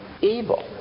evil